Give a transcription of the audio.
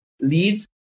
leads